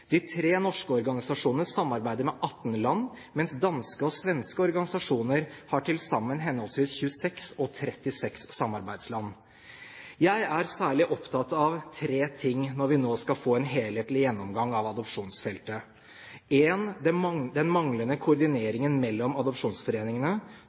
De tre norske organisasjonene samarbeider med 18 land, mens danske og svenske organisasjoner har til sammen henholdsvis 26 og 36 samarbeidsland. Jeg er særlig opptatt av tre ting når vi nå skal få en helhetlig gjennomgang av adopsjonsfeltet: den manglende